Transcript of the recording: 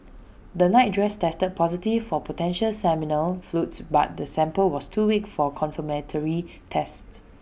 the nightdress tested positive for potential seminal fluids but the sample was too weak for confirmatory tests